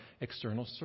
external